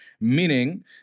meaning